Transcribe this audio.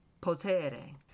potere